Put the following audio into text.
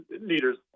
leaders